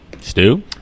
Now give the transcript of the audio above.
Stu